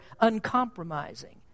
uncompromising